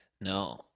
No